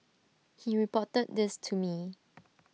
he reported this to me